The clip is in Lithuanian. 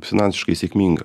finansiškai sėkminga